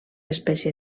espècie